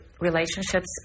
relationships